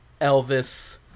Elvis